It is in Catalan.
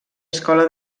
escola